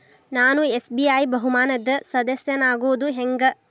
ನಾನು ಎಸ್.ಬಿ.ಐ ಬಹುಮಾನದ್ ಸದಸ್ಯನಾಗೋದ್ ಹೆಂಗ?